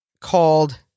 called